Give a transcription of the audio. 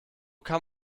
kann